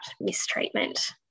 mistreatment